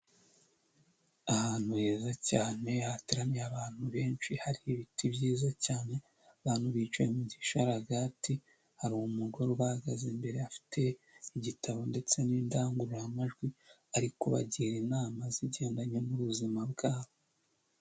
Ahantu heza cyane hateraniye abantu benshi, hari ibiti byiza cyane, abantu bicaye mu gisharagati, hari umugore ubahagaze imbere afite igitabo ndetse n'indangururamajwi ari kubagira inama zigendanye n'ubuzima bwabo.